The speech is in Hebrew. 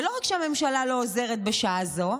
ולא רק שהממשלה לא עוזרת בשעה זו,